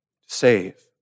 save